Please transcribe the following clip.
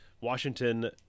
Washington